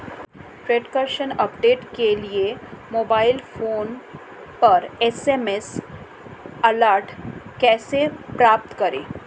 Transaction update के लिए mobile phone पर एस.एम.एस अलर्ट कैसे प्राप्त करें?